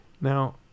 now